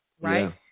Right